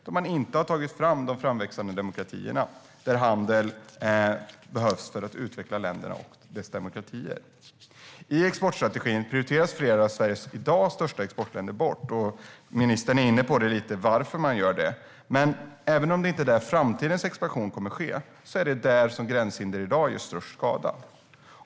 Man har inte tagit fram de framväxande demokratierna där handel behövs för att utveckla länderna och deras demokrati. I exportstrategin prioriteras flera av Sveriges i dag största exportländer bort. Ministern är lite inne på varför man gör det. Även om det inte är där som framtidens expansion kommer att ske är det där som gränshinder i dag gör störst skada.